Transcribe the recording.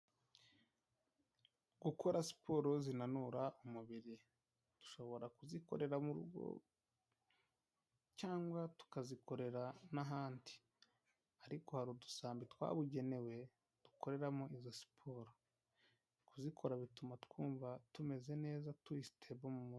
Gukora siporo zinanura umubiri, dushobora kuzikorera murugo cyangwa tukazikorera n'ahandi ariko hari udusambi twabugenewe dukoreramo izo siporo, kuzikora bituma twumva tumeze neza turi stable mu.